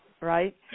Right